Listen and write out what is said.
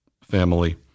family